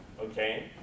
okay